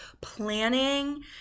planning